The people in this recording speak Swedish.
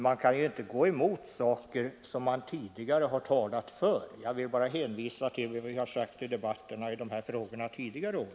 Man kan ju inte gå emot sådant som man tidigare har talat för. Jag vill bara hänvisa till vad vi har sagt i debatterna i dessa frågor tidigare år.